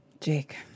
Jake